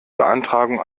beantragung